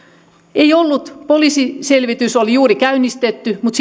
ei ollut poliisiselvitys oli juuri käynnistetty mutta